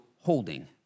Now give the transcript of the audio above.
holding